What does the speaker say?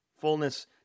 fullness